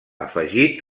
afegit